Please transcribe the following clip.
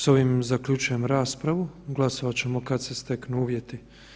S ovim zaključujem raspravu, glasovat ćemo kad se steknu uvjeti.